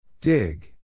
Dig